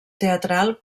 teatral